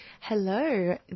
Hello